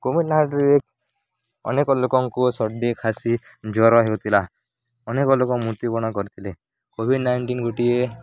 Covid ନାଇଣ୍ଟିନ୍ରେ ଅନେକ ଲୋକଙ୍କୁ ସର୍ଦି ଖାସି ଜ୍ଵର ହେଉଥିଲା ଅନେକ ଲୋକ ମୃତ୍ୟୁବରଣ କରିଥିଲେ କୋଭିଡ଼୍ ନାଇଣ୍ଟିନ୍ ଗୋଟିଏ